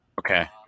Okay